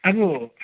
अब